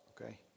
okay